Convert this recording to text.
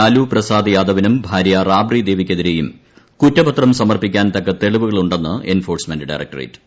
ലാലുപ്രസാദ്യാദവിനും ഭാര്യ റാബ്റിദേവിക്കെതിരെയും കുറ്റപത്രം സമർപ്പിക്കാൻ തക്ക തെളിവുകളുണ്ടെന്ന് എൻഫോഴ്സ്മെന്റ് ഡയറകടറേറ്റ്